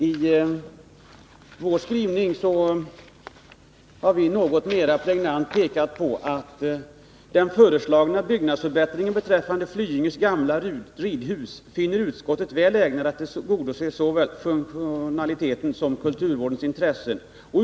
I vår skrivning har vi något mera pregnant pekat på följande: ”Den föreslagna byggnadsförändringen beträffande Flyinges gamla ridhus finner utskottet väl ägnad att tillgodose såväl funktionsduglighet som kulturvårdens intresse.